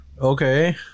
Okay